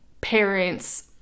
parents